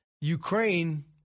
Ukraine